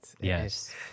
Yes